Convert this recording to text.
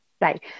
right